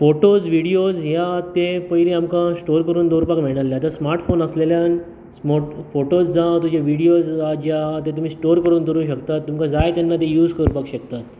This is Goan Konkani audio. फोटोज व्हिडियोज हे आहा ते पयली आमकां स्टोर करुन दोवरपाक मेळ नासले आता स्मार्टफोन आसलेल्यान स्मार्ट फोटोज जावं तुजे व्हिडियोज जावं जे आहा ते तुमी स्टोर करुन दोवरुंक शकता तुमकां जाय तेन्ना ते यूज करपाक शकता